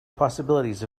possibilities